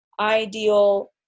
ideal